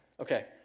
Okay